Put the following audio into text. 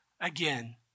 again